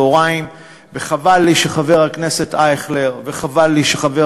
וחבל לי שחבר הכנסת אייכלר וחבל לי שחבר